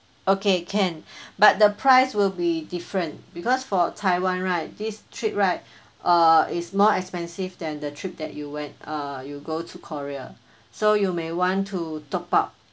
okay can but the price will be different because for taiwan right this trip right uh is more expensive than the trip that you went you go to korea so you may want to top up